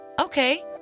Okay